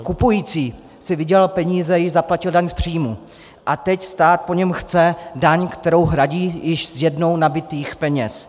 Kupující si vydělal peníze, již zaplatil daň z příjmu, a teď stát po něm chce daň, kterou hradí z již jednou nabytých peněz.